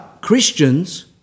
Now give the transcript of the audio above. Christians